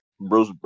Bruce